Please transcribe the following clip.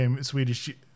Swedish